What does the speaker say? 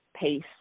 pace